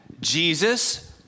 Jesus